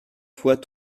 fois